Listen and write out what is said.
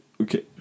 Okay